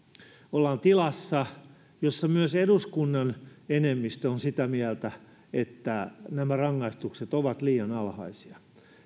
ollaan tilassa jossa myös eduskunnan enemmistö on sitä mieltä että nämä rangaistukset ovat liian alhaisia